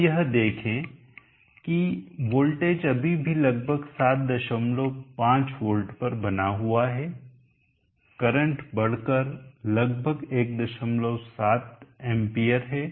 अब यह देखें कि वोल्टेज अभी भी लगभग 75 वोल्ट पर बना हुआ है करंट बढ़कर लगभग 17 एंपियर है